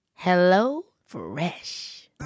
HelloFresh